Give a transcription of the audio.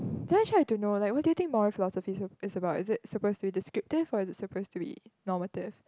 then actually I don't know like what do you think moral philosophy is is about is it suppose to be disruptive or is it suppose to be normative